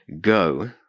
Go